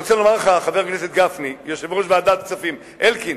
חבר הכנסת גפני, יושב-ראש ועדת הכספים, אלקין,